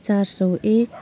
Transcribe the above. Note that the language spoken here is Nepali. चार सौ एक